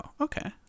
okay